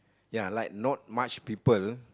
ya like not much people